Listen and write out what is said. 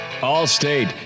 All-State